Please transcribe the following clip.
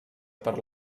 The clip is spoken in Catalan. per